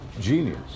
genius